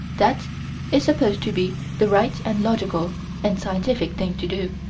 that is supposed to be the right and logical and scientific thing to do